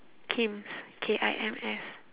Kim's K I M S